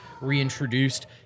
reintroduced